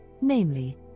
namely